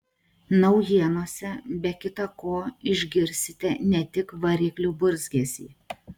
naujienose be kita ko išgirsite ne tik variklių burzgesį